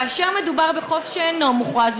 כאשר מדובר בחוף שאינו מוכרז,